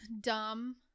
dumb